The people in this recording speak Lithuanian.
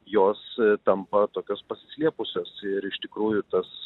jos tampa tokios pasislėpusios ir iš tikrųjų tas